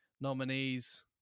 nominees